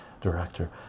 director